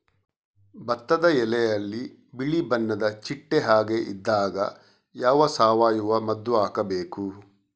ಭತ್ತದ ಎಲೆಯಲ್ಲಿ ಬಿಳಿ ಬಣ್ಣದ ಚಿಟ್ಟೆ ಹಾಗೆ ಇದ್ದಾಗ ಯಾವ ಸಾವಯವ ಮದ್ದು ಹಾಕಬೇಕು?